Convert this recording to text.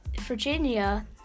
Virginia